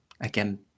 again